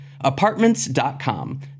Apartments.com